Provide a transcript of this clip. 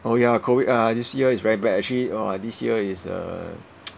oh ya COVID ah this year is very bad actually orh this year is a